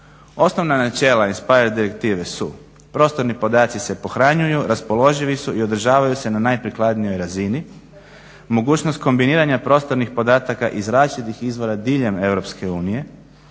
Osnovna načela INSPIRE direktive su prostorni podaci se pohranjuju, raspoloživi su i održavaju se na najprikladnijoj razini. Mogućnost kombiniranja prostornih podataka iz različitih izvora diljem EU, međusobno